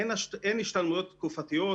אין השתלמויות תקופתיות,